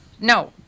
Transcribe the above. No